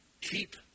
Keep